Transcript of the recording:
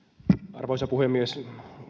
arvoisa puhemies